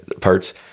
parts